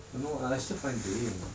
don't know I like still finding